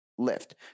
lift